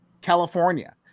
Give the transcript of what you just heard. California